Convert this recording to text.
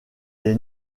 est